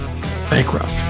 Bankrupt